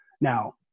now